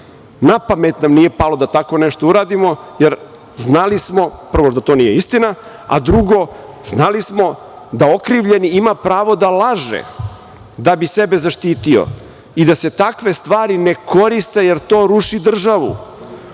Na pamet nam nije palo da tako nešto uradimo, jer smo znali prvo da to nije istina, a drugo, znali smo da okrivljeni ima pravo da laže da bi sebe zaštitio i da se takve stvari ne koriste, jer to ruši državu.